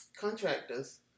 contractors